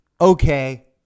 okay